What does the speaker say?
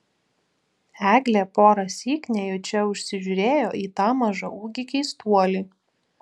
eglė porąsyk nejučia užsižiūrėjo į tą mažaūgį keistuolį